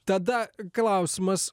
tada klausimas